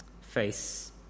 face